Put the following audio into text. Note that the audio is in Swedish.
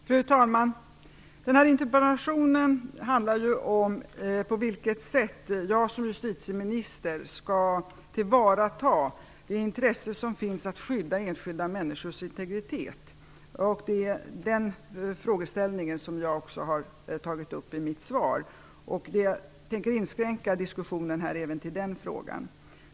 Fru talman! Denna interpellation handlar om på vilket sätt jag som justitieminister skall tillvarata det intresse som finns för att skydda enskilda männniskors integritet. Det är frågeställningen som jag har tagit upp i mitt svar och som jag tänker inskränka diskussionen till.